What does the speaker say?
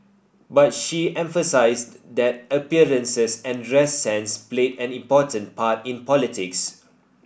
but she emphasised that appearances and dress sense played an important part in politics